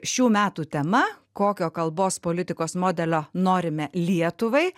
šių metų tema kokio kalbos politikos modelio norime lietuvai